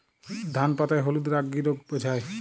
ধান পাতায় হলুদ দাগ কি রোগ বোঝায়?